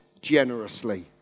generously